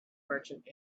merchant